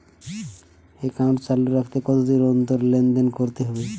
Account চালু রাখতে কতদিন অন্তর লেনদেন করতে হবে?